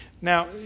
Now